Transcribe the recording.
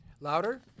louder